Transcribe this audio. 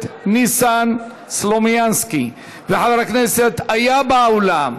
ניסן סלומינסקי וחבר הכנסת היה באולם,